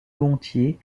gontier